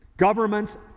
Governments